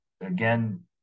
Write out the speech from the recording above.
again